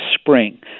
spring